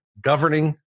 governing